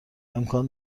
امکان